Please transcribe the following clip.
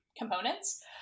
components